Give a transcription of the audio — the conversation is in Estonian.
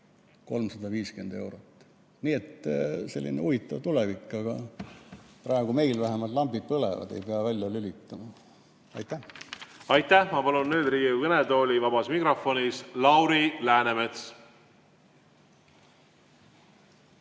350 eurot. Selline huvitav tulevik. Aga praegu meil vähemalt lambid põlevad, ei pea välja lülitama. Aitäh!